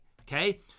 Okay